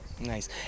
Nice